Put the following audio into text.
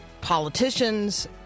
politicians